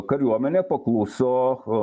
kariuomenė pakluso